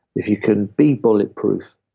if you can be bulletproof,